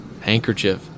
handkerchief